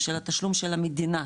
של התשלום של המדינה,